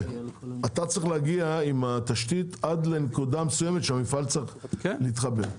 אתה צריך להגיע עם התשתית לנקודה מסוימת שהמפעל צריך להתחבר.